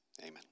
Amen